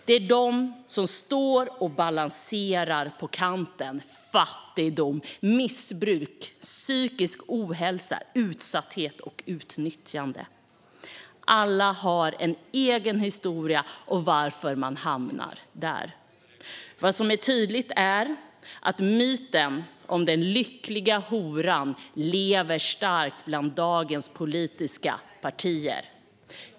Det är de som står och balanserar på kanten: fattigdom, missbruk, psykisk ohälsa, utsatthet och utnyttjande. Alla har en egen historia om varför man hamnar där. Vad som är tydligt är att myten om den lyckliga horan lever starkt bland dagens politiska partier.